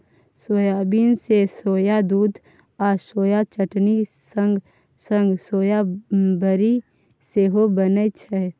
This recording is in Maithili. सोयाबीन सँ सोया दुध आ सोया चटनी संग संग सोया बरी सेहो बनै छै